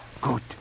Good